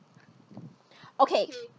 okay